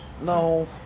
No